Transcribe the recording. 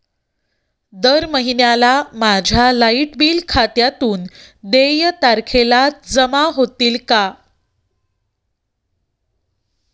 दर महिन्याला माझ्या लाइट बिल खात्यातून देय तारखेला जमा होतील का?